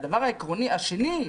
והדבר העקרוני השני,